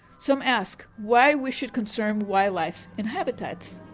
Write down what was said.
some ask why we should conserve wildlife and habitats?